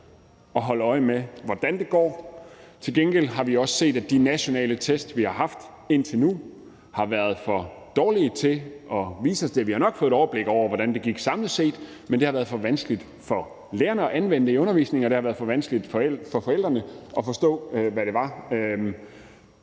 at holde øje med, hvordan det går. Til gengæld har vi også set, at de nationale test, vi har haft indtil nu, har været for dårlige til at vise os det. Vi har nok fået et overblik over, hvordan det gik samlet set, men det har været for vanskeligt for lærerne at anvende det i undervisningen, og det har været for vanskeligt for forældrene at forstå, hvad det var,